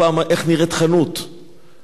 שהיא היתה קטנה והיה בה הכול,